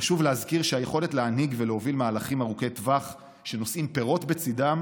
חשוב להזכיר שהיכולת להנהיג ולהוביל מהלכים ארוכי טווח שפירות בצידם